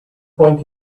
point